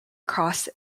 cross